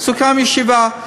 סוכם על ישיבה.